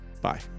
Bye